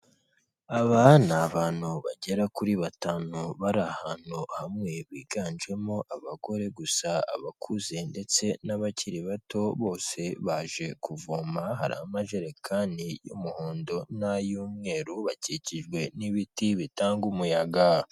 Aba ni abantu bagera kuri batanu bari ahantu hamwe biganjemo abagore gusa, abakuze ndetse n'abakiri bato, bose baje kuvoma hariho amajerekani y'umuhondo n'ay'umweru, bakikijwe n'ibiti bitanga umuyaga.